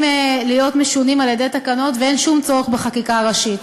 להיות משונים על-ידי תקנות ואין שום צורך בחקיקה ראשית.